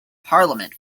parliament